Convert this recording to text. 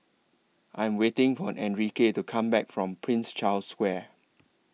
I Am waiting For Enrique to Come Back from Prince Charles Square